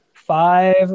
Five